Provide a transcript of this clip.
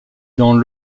dans